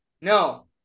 no